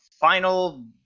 final